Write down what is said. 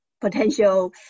potential